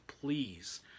please